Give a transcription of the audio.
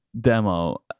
demo